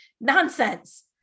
nonsense